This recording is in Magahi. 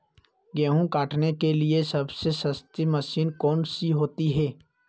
गेंहू काटने के लिए सबसे सस्ती मशीन कौन सी होती है?